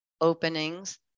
openings